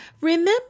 Remember